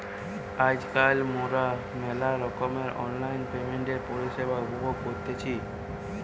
আজকাল মোরা মেলা রকমের অনলাইন পেমেন্টের পরিষেবা উপভোগ করতেছি